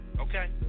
Okay